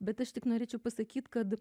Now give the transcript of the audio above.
bet aš tik norėčiau pasakyt kad